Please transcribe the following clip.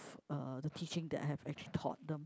uh the teaching that I have actually taught them